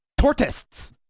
Tortists